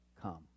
come